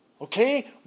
Okay